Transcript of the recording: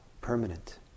permanent